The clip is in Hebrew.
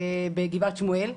בגבעת שמואל,